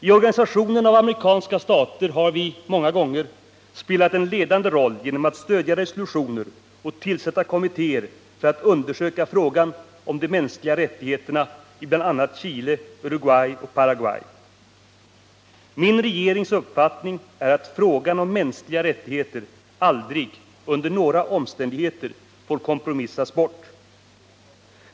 I organisationen av amerikanska stater har vi många gånger spelat en ledande roll genom att stödja resolutioner och tillsätta kommittéer för att undersöka frågan om de mänskliga rättigheterna i bl.a. Chile, Uruguay och Paraguay. Min regerings uppfattning är att frågan om mänskliga rättigheter aldrig — under några omständigheter — får kompromissas bort.